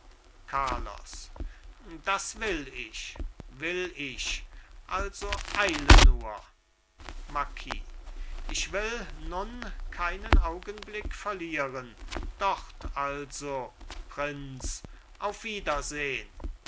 carlos das will ich will ich also eile nur marquis ich will nun keinen augenblick verlieren dort also prinz auf wiedersehn